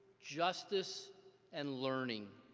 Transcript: justice and learning.